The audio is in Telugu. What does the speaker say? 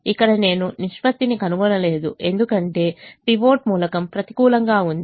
ఇక్కడ నేను నిష్పత్తిని కనుగొనలేదు ఎందుకంటే పైవట్ మూలకం ప్రతికూలంగా ఉంది